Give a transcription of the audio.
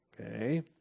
Okay